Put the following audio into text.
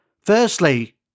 Firstly